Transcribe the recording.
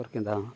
ᱥᱟᱠᱚᱨ ᱠᱮᱸᱫᱟᱦᱚᱸ